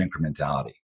incrementality